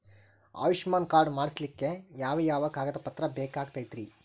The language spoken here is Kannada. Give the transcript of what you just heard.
ಆಯುಷ್ಮಾನ್ ಕಾರ್ಡ್ ಮಾಡ್ಸ್ಲಿಕ್ಕೆ ಯಾವ ಯಾವ ಕಾಗದ ಪತ್ರ ಬೇಕಾಗತೈತ್ರಿ?